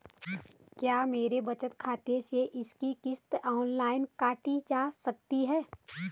क्या मेरे बचत खाते से इसकी किश्त ऑनलाइन काटी जा सकती है?